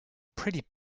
pretty